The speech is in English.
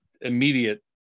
immediate